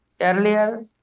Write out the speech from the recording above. earlier